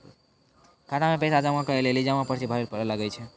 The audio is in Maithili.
खाता मे पैसा जमा करै लेली जमा पर्ची भरैल लागै छै